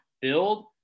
build